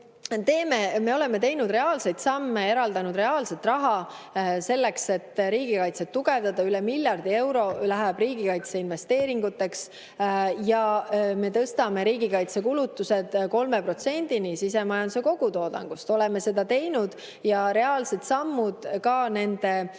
Me oleme teinud reaalseid samme, eraldanud reaalset raha selleks, et riigikaitset tugevdada, üle miljardi euro läheb riigikaitseinvesteeringuteks. Me tõstame riigikaitsekulutused 3%-ni sisemajanduse kogutoodangust. Me oleme seda teinud ja [astunud] reaalsed sammud ka nende